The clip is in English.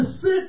sit